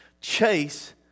Chase